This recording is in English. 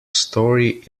story